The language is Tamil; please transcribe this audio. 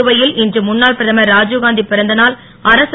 புதுவையில் இன்று முன்னாள் பிரதமர் ராஜீவ்காந்தி பிறந்தநாள் அரசு